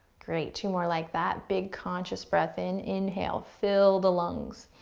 great, two more like that. big conscious breath in. inhale, fill the lungs.